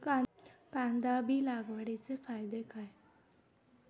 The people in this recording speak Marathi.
कांदा बी लागवडीचे फायदे काय?